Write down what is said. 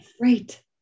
right